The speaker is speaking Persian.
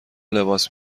لباس